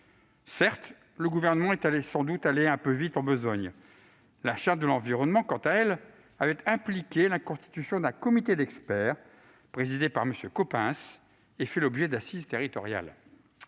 Certes, le Gouvernement est sans doute allé un peu vite en besogne. L'élaboration de la Charte de l'environnement avait impliqué, quant à elle, la constitution d'un comité d'experts présidé par M. Yves Coppens, et fait l'objet d'assises territoriales.